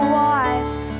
wife